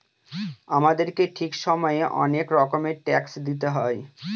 আমাদেরকে ঠিক সময়ে অনেক রকমের ট্যাক্স দিতে হয়